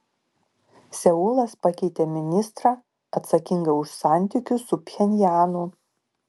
seulas pakeitė ministrą atsakingą už santykius su pchenjanu